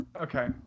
Okay